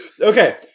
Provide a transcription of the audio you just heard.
okay